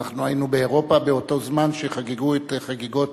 אנחנו היינו באירופה באותו זמן שחגגו את חגיגות